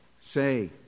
say